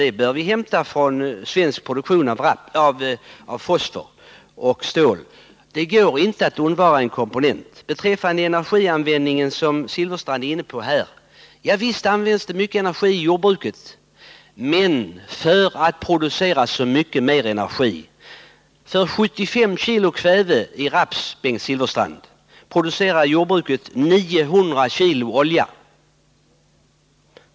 Det bör vi hämta från svensk produktion av fosfor och stål. Det går inte att undvara komponenten fosfor. Bengt Silfverstrand var också inne på energianvändningen. Ja, visst används det mycket energi i jordbruket — men observera: för att producera så mycket mera energi. För 75 kg kväve i raps producerar jordbruket 900 kg olja.